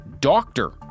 doctor